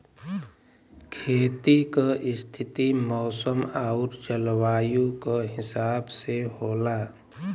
खेती क स्थिति मौसम आउर जलवायु क हिसाब से होला